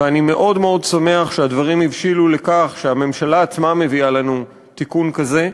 ואני מאוד שמח שהדברים הבשילו לכך שהממשלה עצמה מביאה לנו תיקון כזה.